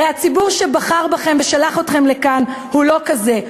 הרי הציבור שבחר בכם ושלח אתכם לכאן הוא לא כזה,